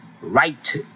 Right